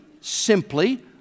simply